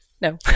No